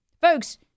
Folks